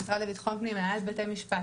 המשרד לביטחון פנים והנהלת בתי משפט,